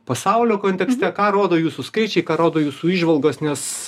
pasaulio kontekste ką rodo jūsų skaičiai ką rodo jūsų įžvalgos nes